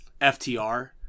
FTR